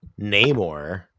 Namor